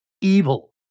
evil